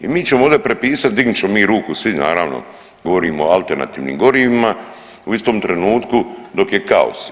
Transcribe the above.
I mi ćemo ovdje prepisat dignut ćemo mi ruku svi naravno, govorimo o alternativnim gorivima u istom trenutku dok je kaos.